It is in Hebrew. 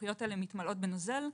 השלפוחיות האלה מתמלאות בנוזל,